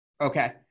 Okay